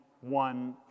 one